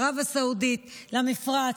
ערב הסעודית והמפרץ,